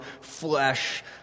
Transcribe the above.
flesh